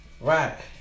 Right